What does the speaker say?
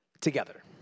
together